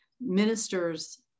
ministers